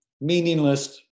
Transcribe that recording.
meaningless